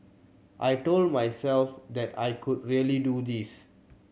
I told myself that I could really do this